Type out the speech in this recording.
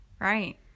Right